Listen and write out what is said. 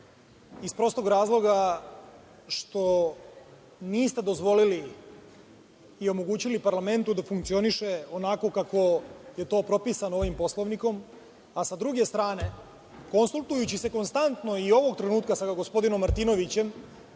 iz prostog razloga što niste dozvolili i omogućili parlamentu da funkcioniše onako kako je to propisano ovim Poslovnikom, a sa druge strane konsultujući se konstantno i ovog trenutka sa gospodinom Martinovićem